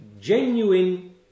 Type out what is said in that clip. genuine